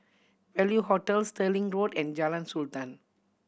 Value Hotel Stirling Road and Jalan Sultan